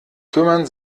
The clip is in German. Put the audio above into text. kümmern